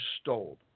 stole